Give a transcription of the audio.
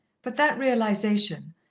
but that realization,